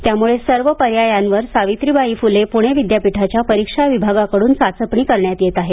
त्यामुळे सर्व पर्यायावर सावित्रीबाई फुले पुणे विद्यापीठाच्या परीक्षा विभागाकडून चाचपणी करण्यात येत आहे